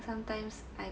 sometimes I